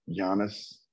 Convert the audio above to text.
Giannis